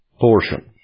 portion